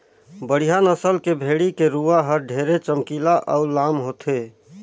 बड़िहा नसल के भेड़ी के रूवा हर ढेरे चमकीला अउ लाम होथे